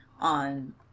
on